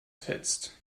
fetzt